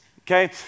okay